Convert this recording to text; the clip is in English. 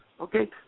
okay